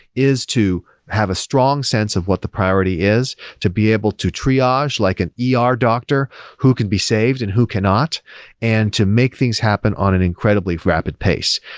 is to have a strong sense of what the priority is to be able to triage like an yeah ah er doctor who can be saved and who cannot and to make things happen on an incredibly rapid pace.